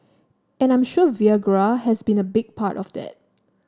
and I am sure Viagra has been a big part of that